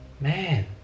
Man